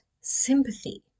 sympathy